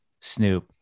Snoop